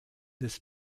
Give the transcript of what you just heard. des